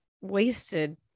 wasted